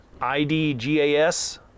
idgas